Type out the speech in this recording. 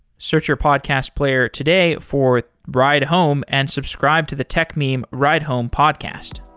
search your podcast player today for ride home and subscribe to the techmeme ride home podcast.